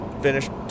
finished